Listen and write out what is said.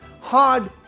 Hard